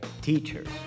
teachers